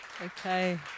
Okay